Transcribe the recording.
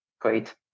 great